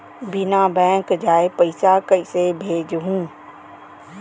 बिना बैंक जाए पइसा कइसे भेजहूँ?